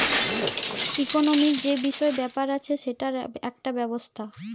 economic যে বিষয় ব্যাপার আছে সেটার একটা ব্যবস্থা